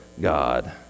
God